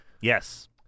Yes